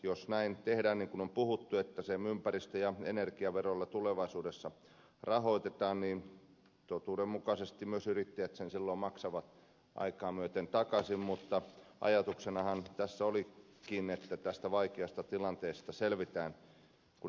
jos näin tehdään niin kuin on puhuttu että se ympäristö ja energiaverolla tulevaisuudessa rahoitetaan niin totuudenmukaisesti myös yrittäjät sen silloin maksavat aikaa myöten takaisin mutta ajatuksenahan tässä olikin että tästä vaikeasta tilanteesta selvitään kun helpotuksia tulee